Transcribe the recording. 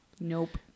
Nope